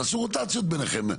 תעשו רוטציות ביניכם,